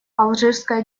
алжирская